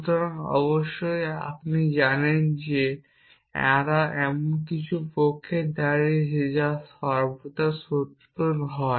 সুতরাং অবশ্যই আপনি জানেন যে তারা এমন কিছুর পক্ষে দাঁড়িয়েছে যা সর্বদা সত্য হয়